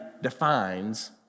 defines